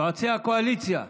יועצי הקואליציה.